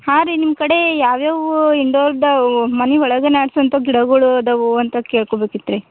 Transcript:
ಹಾಂ ರೀ ನಿಮ್ಮ ಕಡೆ ಯಾವ್ಯಾವ ಇಂಡೋರ್ದವು ಮನೆ ಒಳಗೆ ನಡ್ಸೊಂಥ ಗಿಡಗಳು ಅದಾವು ಅಂತ ಕೇಳ್ಕೊಬೇಕಿತ್ತು ರೀ